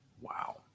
Wow